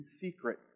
secret